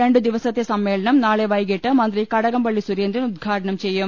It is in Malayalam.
രണ്ടു ദിവസത്തെ സമ്മേളനം നാളെ വൈകിട്ട് മന്ത്രി കടകംപള്ളി സുരേന്ദ്രൻ ഉദ്ഘാടനം ചെയ്യും